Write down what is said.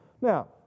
Now